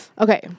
Okay